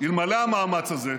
אלמלא המאמץ הזה,